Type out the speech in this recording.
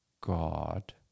God